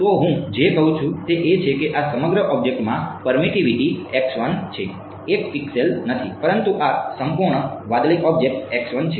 તો હું જે કહું છું તે એ છે કે આ સમગ્ર ઑબ્જેક્ટમાં પરમીટીવીટી છે એક પિક્સેલ નથી પરંતુ આ સંપૂર્ણ વાદળી ઑબ્જેક્ટ છે